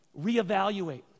reevaluate